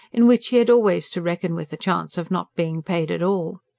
in which he had always to reckon with the chance of not being paid at all.